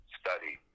study